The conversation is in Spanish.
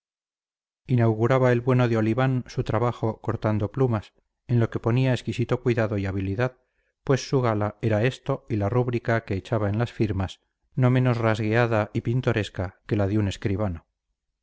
inauguraba el bueno de oliván su trabajo cortando plumas en lo que ponía exquisito cuidado y habilidad pues su gala era esto y la rúbrica que echaba en las firmas no menos rasgueada y pintoresca que la de un escribano